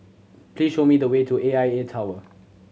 please show me the way to A I A Tower